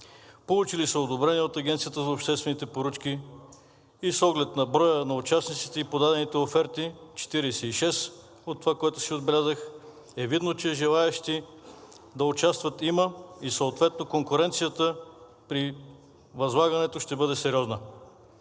Получили са одобрение от Агенцията по обществени поръчки и с оглед броя на участниците и подадените оферти – 46, от това, което си отбелязах, е видно, че желаещи да участват има и съответно конкуренцията при възлагането ще бъде сериозна.